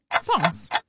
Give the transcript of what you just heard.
songs